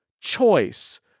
choice